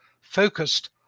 focused